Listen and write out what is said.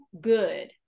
good